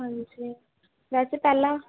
ਹਾਂਜੀ ਵੈਸੇ ਪਹਿਲਾਂ